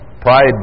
pride